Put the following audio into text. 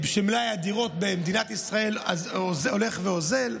ומלאי הדירות במדינת ישראל הולך ואוזל.